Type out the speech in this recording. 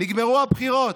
נגמרו הבחירות,